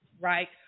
Right